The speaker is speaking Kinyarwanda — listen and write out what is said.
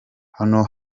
hano